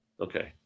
Okay